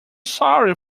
sorry